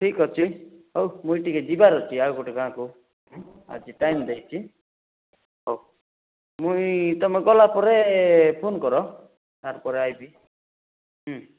ଠିକ୍ ଅଛି ହଉ ମୁଇଁ ଟିକିଏ ଯିବାର ଅଛି ଆଉଗୋଟେ ଗାଁକୁ ଆଜି ଟାଇମ୍ ଦେଇଛି ହଉ ମୁଇଁ ତୁମେ ଗଲାପରେ ଫୋନ୍ କର ତାରପରେ ଆଇବି ହୁଁ